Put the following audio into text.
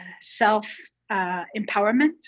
self-empowerment